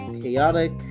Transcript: chaotic